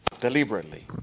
deliberately